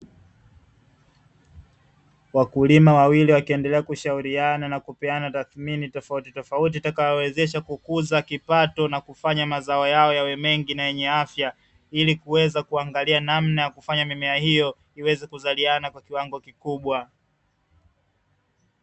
Wakulima wawili wakiendelea kushauriana na kupeana tathmini tofautitofauti itakayowawezesha kukuza kipato na kufanya mazao yao yawe mengi na yenye afya, ili kuweza kuangalia namna ya kufanya mimea hiyo iweze kuzaliana kwa kiwango kikubwa.